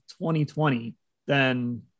2020—then